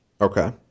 Okay